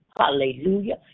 hallelujah